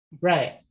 Right